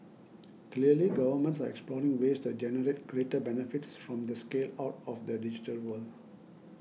clearly governments are exploring ways to generate greater benefits from the scale out of the digital world